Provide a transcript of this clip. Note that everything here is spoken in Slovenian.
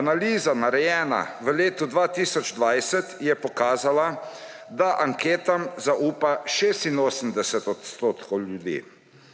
Analiza, narejena v letu 2020, je pokazala, da anketam zaupa 86 % ljudi.